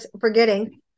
forgetting